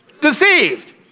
deceived